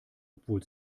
obwohl